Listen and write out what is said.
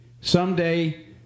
someday